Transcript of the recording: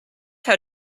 how